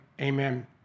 amen